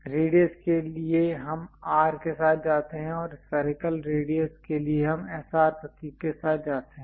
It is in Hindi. रेडियस के लिए हम R के साथ जाते हैं और स्फेरिकल रेडियस के लिए हम SR प्रतीकों के साथ जाते हैं